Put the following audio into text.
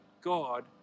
God